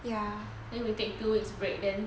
ya then we take two weeks break then